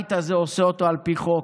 הבית הזה עושה אותו על פי חוק.